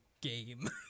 game